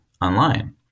online